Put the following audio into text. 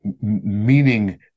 meaning